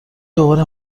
دوباره